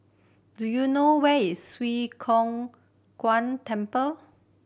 do you know where is Swee Kow Kuan Temple